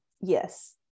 yes